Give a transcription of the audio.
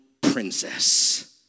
princess